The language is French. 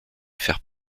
faire